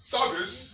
Service